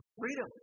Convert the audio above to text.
freedom